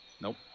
nope